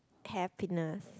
happiness